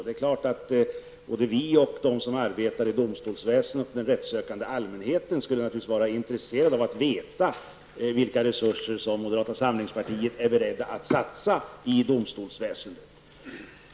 Det är klart att vi socialdemokrater, de som arbetar i domstolsväsendet och den rättssökande allmänheten skulle vara intresserade av att veta vilka resurser som moderata samlingspartiet är beredda att satsa i domstolsväsendet.